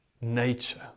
nature